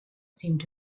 seemed